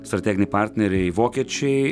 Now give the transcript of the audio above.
strateginiai partneriai vokiečiai